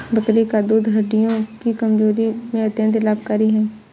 बकरी का दूध हड्डियों की कमजोरी में अत्यंत लाभकारी है